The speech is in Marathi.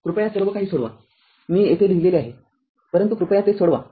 कृपया सर्वकाही सोडवा मी येथे लिहिलेले आहेपरंतु कृपया ते सोडवा